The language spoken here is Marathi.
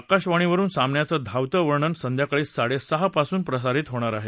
आकाशवाणीवरुन सामन्याचं धावतं वर्णन संध्याकाळी साडेसहापासून प्रसारित होणार आहे